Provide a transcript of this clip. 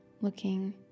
looking